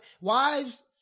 Wives